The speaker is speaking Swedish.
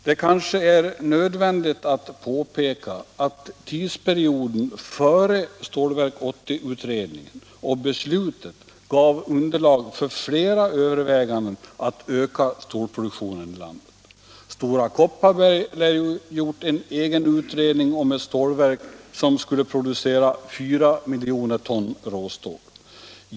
Det kanske är nödvändigt att påpeka att tidsperioden före Stålverk 80-utredningen och beslutet gav underlag för flera överväganden att öka stålproduktionen i landet. Stora Kopparberg lär ju ha gjort en egen utredning om ett stålverk som skulle producera 4 miljoner ton råstål.